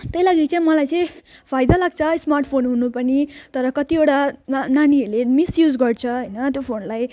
त्यही लागि चाहिँ मलाई चाहिँ फाइदा लाग्छ स्मार्टफोन हुनु पनि तर कतिवटा ना नानीहरूले मिसयुज गर्छ होइन त्यो फोनलाई